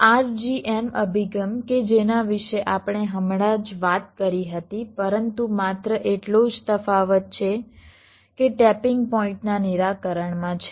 RGM અભિગમ કે જેના વિશે આપણે હમણાં જ વાત કરી હતી પરંતુ માત્ર એટલો જ તફાવત છે કે ટેપીંગ પોઈન્ટના નિરાકરણમાં છે